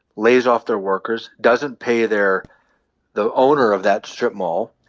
lays off their workers, doesn't pay their the owner of that strip mall,